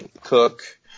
cook